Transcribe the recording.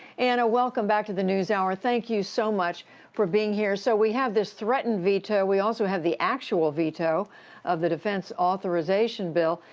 anna, welcome back to the newshour. thank you so much for being here. so, we have this threatened veto. we also have the actual veto of the defense authorization bill.